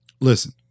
listen